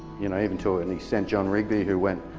you know, even to an extent john rigby who went,